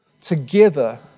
together